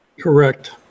Correct